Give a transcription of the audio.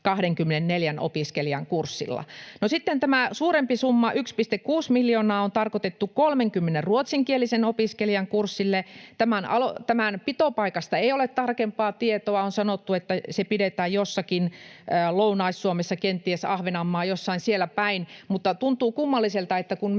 24 opiskelijan kurssilla. Sitten tämä suurempi summa, 1,6 miljoonaa on tarkoitettu 30 ruotsinkielisen opiskelijan kurssille. Tämän pitopaikasta ei ole tarkempaa tietoa. On sanottu, että se pidetään jossakin Lounais-Suomessa, kenties Ahvenanmaalla, jossain siellä päin. Mutta tuntuu kummalliselta, että kun